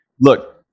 look